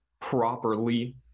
properly